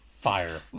Fire